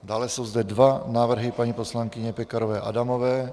Dále jsou zde dva návrhy paní poslankyně Pekarové Adamové.